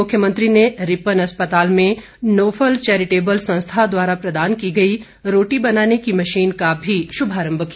मुख्यमंत्री ने बाद में रिपन अस्पताल में नोफल चेरिटेबल संस्था द्वारा प्रदान की गई रोटी बनाने की मशीन का भी शुभारंभ किया